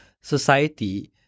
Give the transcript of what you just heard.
society